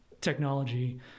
technology